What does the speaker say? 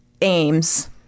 aims